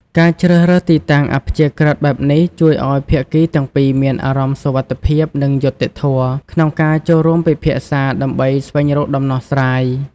ការជ្រើសរើសទីតាំងអព្យាក្រឹតបែបនេះ ជួយឲ្យភាគីទាំងពីរមានអារម្មណ៍សុវត្ថិភាព និងយុត្តិធម៌ ក្នុងការចូលរួមពិភាក្សាដើម្បីស្វែងរកដំណោះស្រាយ។